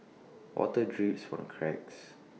water drips from the cracks